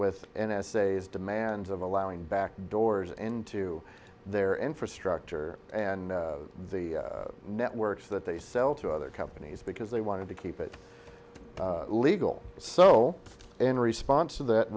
with and essays demands of allowing back doors into their infrastructure and the networks that they sell to other companies because they wanted to keep it legal so in response to that